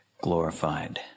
glorified